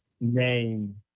name